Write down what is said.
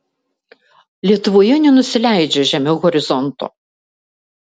lietuvoje nenusileidžia žemiau horizonto